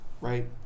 right